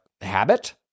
habit